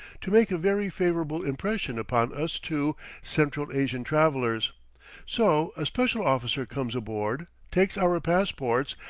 to make a very favorable impression upon us two central asian travellers so a special officer comes aboard, takes our passports,